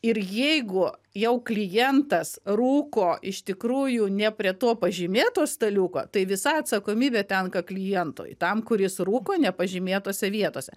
ir jeigu jau klientas rūko iš tikrųjų ne prie to pažymėtos staliuko tai visa atsakomybė tenka klientui tam kuris rūko nepažymėtose vietose